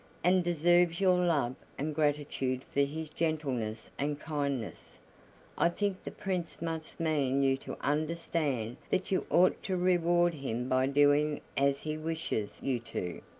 and deserves your love and gratitude for his gentleness and kindness i think the prince must mean you to understand that you ought to reward him by doing as he wishes you to,